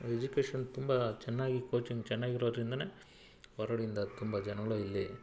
education ತುಂಬ ಚೆನ್ನಾಗಿ coaching ಚೆನ್ನಾಗಿರೋದ್ರಿಂದನೇ ಹೊರಡಿಂದ ತುಂಬ ಜನ್ಗಳು ಇಲ್ಲಿ